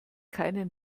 keinen